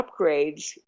upgrades